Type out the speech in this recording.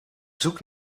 zoekt